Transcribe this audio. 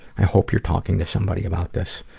i hope you're talking to somebody about this.